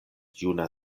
juna